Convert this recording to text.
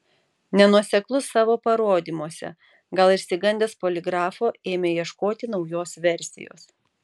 nenuoseklus savo parodymuose gal išsigandęs poligrafo ėmė ieškoti naujos versijos